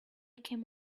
came